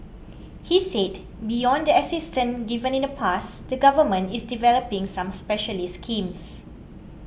he said beyond the assistance given in the past the Government is developing some specialised schemes